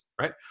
right